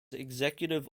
executive